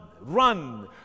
run